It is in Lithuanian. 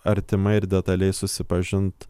artimai ir detaliai susipažint